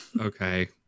Okay